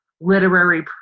literary